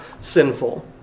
sinful